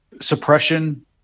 suppression